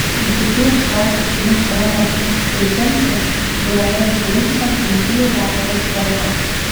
dzūkijos krašto sūnus romas dudzinskas dovanojo susirinkusiems lazdijų valsą ir polką